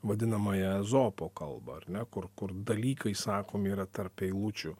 vadinamąją ezopo kalbą ar ne kur kur dalykai sakom yra tarp eilučių